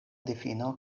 difino